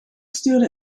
stuurde